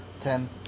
ten